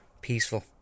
peaceful